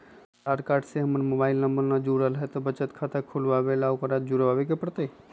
आधार card से हमर mobile number न जुरल है त बचत खाता खुलवा ला उकरो जुड़बे के पड़तई?